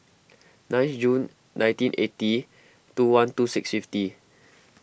nine June nineteen eighty two one two six fifty